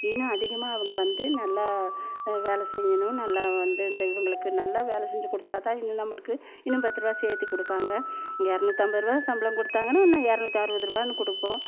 இன்னும் அதிகமாக அவங்க வந்து நல்லா வேலை செய்யணும் நல்லா வந்து இந்த இவங்களுக்கு நல்லா வேலை செஞ்சு கொடுத்தாதான் இன்னும் நம்மளுக்கு இன்னும் பத்துருபா சேர்த்து கொடுப்பாங்க இரநூத்தம்பது ருபா சம்பளம் கொடுத்தாங்கனா என்ன இரநூத்தருவதுருவானு கொடுப்போம்